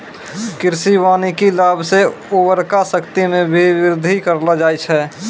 कृषि वानिकी लाभ से उर्वरा शक्ति मे भी बृद्धि करलो जाय छै